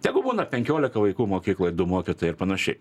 tegu būna penkiolika vaikų mokykloj du mokytojai ir panašiai